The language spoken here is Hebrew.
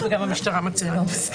וגם המשטרה מצהירה את זה.